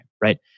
right